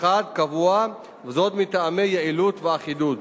קבוע, וזאת מטעמי יעילות ואחידות.